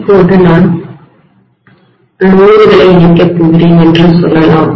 இப்போது நான் சுமைகளைலோடுகளை இணைக்கப் போகிறேன் என்று சொல்லலாம்